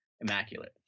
immaculate